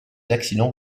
accidents